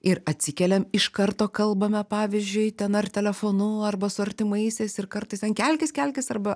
ir atsikeliam iš karto kalbame pavyzdžiui ten ar telefonu arba su artimaisiais ir kartais ten kelkis kelkis arba